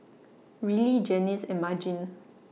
Rillie Janis and Margene